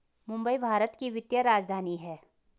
मुंबई भारत की वित्तीय राजधानी है